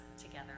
together